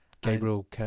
Gabriel